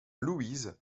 louise